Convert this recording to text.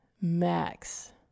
max